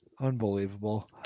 Unbelievable